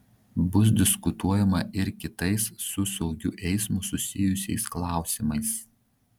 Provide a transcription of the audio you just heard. bus diskutuojama ir kitais su saugiu eismu susijusiais klausimais